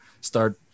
start